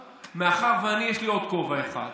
אני, יש לי עוד כובע אחד,